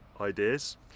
ideas